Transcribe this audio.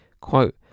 Quote